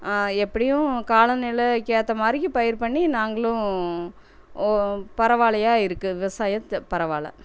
எப்படியும் கால நிலைக்கு ஏற்ற மாதிரிக்கு பயிர் பண்ணி நாங்களும் பரவாயில்லையா இருக்குது விவாசயம் பரவாயில்ல